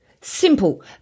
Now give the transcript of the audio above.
Simple